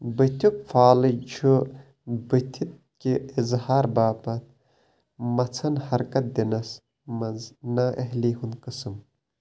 بُتھیُک فالج چھُ بُتھِ كہِ اِظہار باپتھ مژھن حركت دِنس منٛز نااہلی ہُنٛد قٕسم